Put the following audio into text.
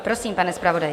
Prosím, pane zpravodaji.